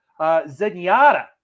Zenyatta